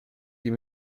die